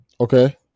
Okay